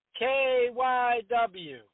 KYW